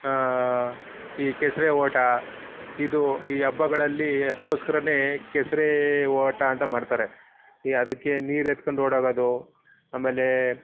ಈ ಕೆಸರೇ ಓಟ ಇದು ಈ ಹಬ್ಬಗಳಲ್ಲಿ ಅದಕ್ಕೋಸ್ಕರನೇ ಕೆಸರೇ ಓಟ ಅಂತ ಮಾಡ್ತಾರೆ ಈಗ ಅದಕ್ಕೆ ನೀರು ಎತ್ಕೊಂಡು ಓಡೋಗೋದು ಆಮೇಲೆ